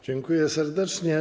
Dziękuję serdecznie.